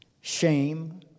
shame